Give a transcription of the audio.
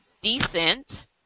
decent